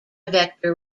vector